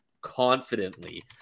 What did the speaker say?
confidently